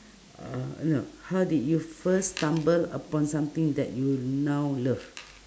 uh no how did you first stumble upon something that you now love